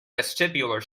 vestibular